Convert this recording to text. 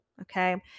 okay